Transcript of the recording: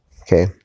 Okay